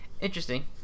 interesting